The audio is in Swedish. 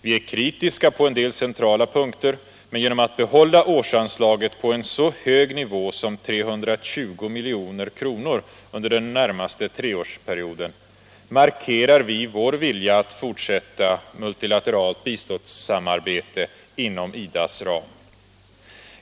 Vi är kritiska på en del centrala punkter, men genom att behålla årsanslaget på en så hög nivå som 320 milj.kr. under den närmaste treårsperioden markerar vi vår vilja att fortsätta multilateralt biståndssamarbete inom IDA:s ram.